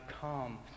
come